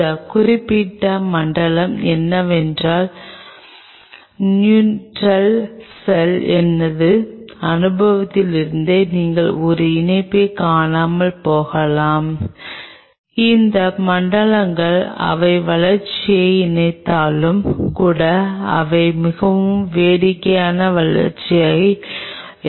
இந்த குறிப்பிட்ட மண்டலம் என்னவென்றால் நியூட்ரல் செல் எனது அனுபவத்திலிருந்தே நீங்கள் ஒரு இணைப்பைக் காணாமல் போகலாம் இந்த மண்டலங்கள் அவை வளர்ச்சியை இணைத்தாலும் கூட அவை மிகவும் வேடிக்கையான வகையான வளர்ச்சியாகும்